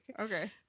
Okay